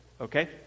okay